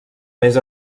més